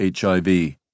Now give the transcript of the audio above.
HIV